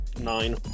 Nine